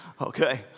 Okay